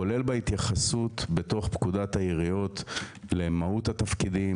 כולל בהתייחסות בפקודת העיריות למהות התפקידים.